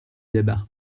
débat